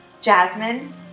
Jasmine